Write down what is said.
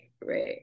right